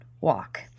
walk